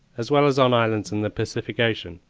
as well as on islands in the pacific ocean,